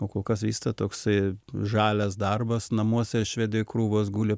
o kol kas vysta toksai žalias darbas namuose švedijoj krūvos guli